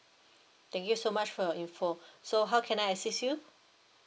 thank you so much for your info so how can I assist you